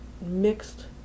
mixed